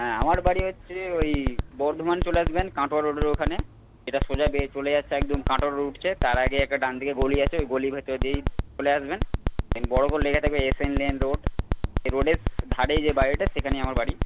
হ্যাঁ আমার বাড়ি হচ্ছে ওই বর্ধমান চলে আসবেন কাটোয়া রোডের ওখানে সেটা সোজা চলে যাচ্ছে একদম কাটোয়া রোড উঠছে তার আগে একটা ডানদিকে গলি আছে ঐ গলির ভেতর দিয়েই চলে আসবেন বড় করে লেখা থাকবে এসএন লেন রোড রোডের ধরে যে বাড়িটা সেখানেই আমার বাড়ি